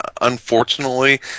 unfortunately